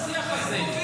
מה זה השיח הזה,